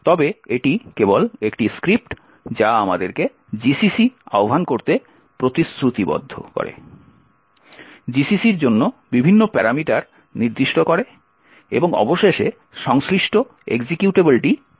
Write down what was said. তবে এটি কেবল একটি স্ক্রিপ্ট যা আমাদেরকে gcc আহ্বান করতে প্রতিশ্রুতিবদ্ধ করে gcc এর জন্য বিভিন্ন প্যারামিটার নির্দিষ্ট করে এবং অবশেষে সংশ্লিষ্ট এক্সিকিউটেবলটি প্রাপ্ত হয়